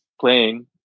playing